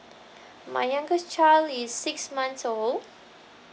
my youngest child is six months old